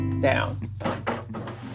down